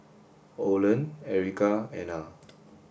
Oland Erica Ana